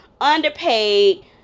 underpaid